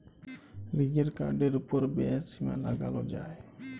লিজের কার্ডের ওপর ব্যয়ের সীমা লাগাল যায়